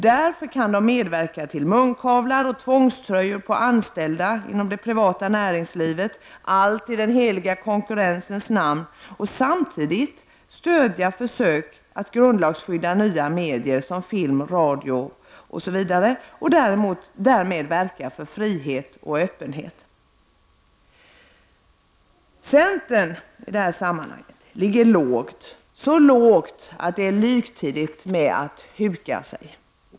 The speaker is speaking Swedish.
Därför kan moderaterna medverka till munkavlar och tvångströjor på anställda inom det privata näringslivet — allt i den heliga konkurrensens namn. Samtidigt stödjer man försök att grundlagsskydda nya medier som film och radio osv. och därmed verka för frihet och öppenhet. Centern ligger lågt i det här sammanhanget, så lågt att det är liktydigt med att huka sig.